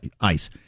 ICE